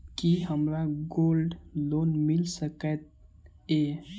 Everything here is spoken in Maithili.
की हमरा गोल्ड लोन मिल सकैत ये?